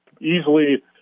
easily